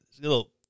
little